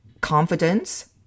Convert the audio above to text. confidence